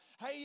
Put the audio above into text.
hey